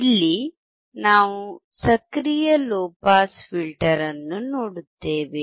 ಇಲ್ಲಿ ನಾವು ಸಕ್ರಿಯ ಲೊ ಪಾಸ್ ಫಿಲ್ಟರ್ ಅನ್ನು ನೋಡುತ್ತೇವೆ